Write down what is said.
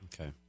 Okay